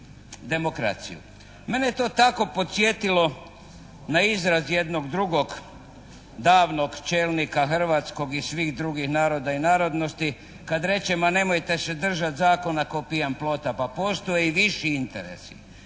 demokraciju. Mene je to tako podsjetilo na izraz jednog drugog davnog čelnika hrvatskog iz svih drugih naroda i narodnosti kad reče: ma nemojte se držati zakona k'o pijan plota, pa postoje i viši interesi.